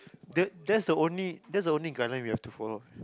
the that's the only that's the only guideline we have to follow